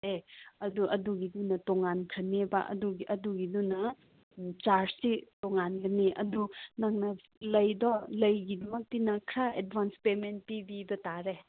ꯑꯦ ꯑꯗꯨ ꯑꯗꯨꯒꯤꯗꯤꯅ ꯇꯣꯉꯥꯟꯈ꯭ꯔꯅꯦꯕ ꯑꯗꯨꯒꯤꯗꯨꯅ ꯆꯥꯔꯖꯇꯤ ꯇꯣꯉꯥꯟꯒꯅꯤ ꯑꯗꯨ ꯅꯪꯅ ꯂꯩꯗꯣ ꯂꯩꯒꯤꯗꯨꯃꯛꯇꯤ ꯈꯔ ꯑꯦꯗꯕꯥꯟꯁ ꯄꯦꯃꯦꯟꯗꯤ ꯄꯤꯕ ꯇꯥꯔꯦ